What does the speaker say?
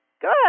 Good